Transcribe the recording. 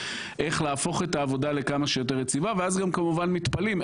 איך להפוך את העבודה לכמה שיותר יציבה ואז גם כמובן מתפלאים,